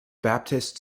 baptist